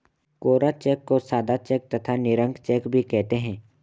कोरा cheque को सादा cheque तथा निरंक चेक भी कहते हैं